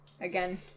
again